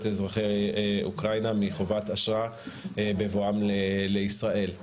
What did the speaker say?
אזרחי אוקראינה מחובת אשרה בבואם לישראל.